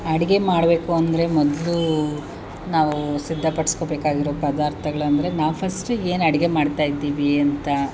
ಅಡುಗೆ ಮಾಡಬೇಕು ಅಂದರೆ ಮೊದಲು ನಾವು ಸಿದ್ದಪಡಿಸ್ಕೊಳ್ಬೇಕಾಗಿರೊ ಪದಾರ್ತಗಳೆಂದ್ರೆ ನಾವು ಫಸ್ಟ್ ಏನು ಅಡುಗೆ ಮಾಡ್ತಾಯಿದ್ದೀವಿ ಅಂತ